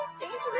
dangerous